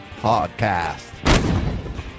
podcast